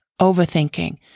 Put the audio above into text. overthinking